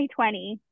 2020